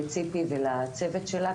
לציפי ולצוות שלה,